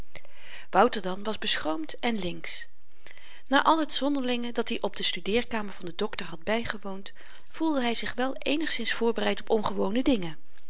wouter dan was beschroomd en links na al het zonderlinge dat-i op de studeerkamer van den dokter had bygewoond voelde hy zich wel eenigszins voorbereid op ongewone dingen